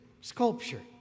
sculpture